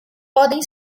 podem